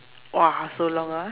!wah! so long ah